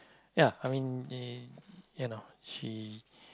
ya I mean y~ you know